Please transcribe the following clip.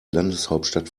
landeshauptstadt